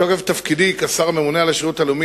מתוקף תפקידי כשר הממונה על השירות הלאומי,